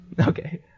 Okay